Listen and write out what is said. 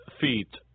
feet